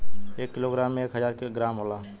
एक किलोग्राम में एक हजार ग्राम होला